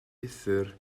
uthr